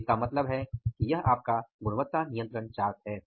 तो इसका मतलब है कि यह आपका गुणवत्ता नियंत्रण चार्ट है